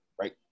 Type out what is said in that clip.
right